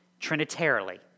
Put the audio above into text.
trinitarily